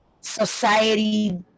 society